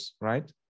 right